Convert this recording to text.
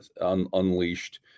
unleashed